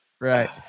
Right